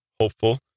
hopeful